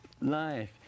life